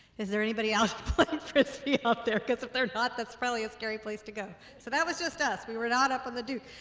is there anybody out playing frisbee there because if they're not that's probably a scary place to go. so that was just us. we were not up on the duke.